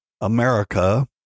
America